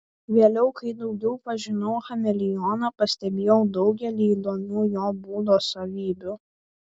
vėliau kai daugiau pažinau chameleoną pastebėjau daugelį įdomių jo būdo savybių